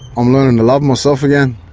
i'm learning to love myself again